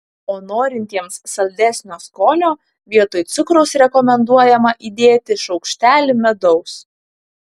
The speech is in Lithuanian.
o norintiems saldesnio skonio vietoj cukraus rekomenduojama įdėti šaukštelį medaus